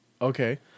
Okay